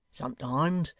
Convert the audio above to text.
sometimes,